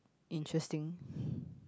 interesting